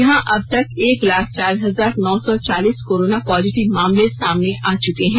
यहां अब तक एक लाख चार हजार नौ सौ चालीस कोरोना पॉजिटिव मामले सामने आ चुके हैं